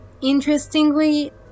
Interestingly